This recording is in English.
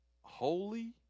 holy